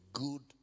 good